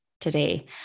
today